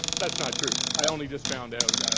that's not true. i only just found out